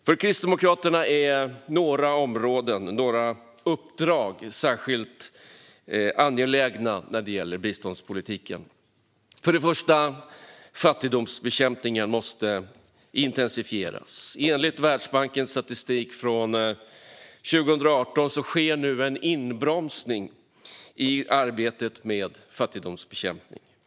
För Kristdemokraterna är några områden, några uppdrag, särskilt angelägna när det gäller biståndspolitiken. För det första måste fattigdomsbekämpningen intensifieras. Enligt Världsbankens statistik från 2018 sker nu en inbromsning i arbetet med fattigdomsbekämpning.